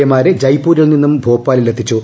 A മാരെ ജയ്പൂരിൽ നിന്നും ഭോപ്പാലിൽ എത്തിച്ചു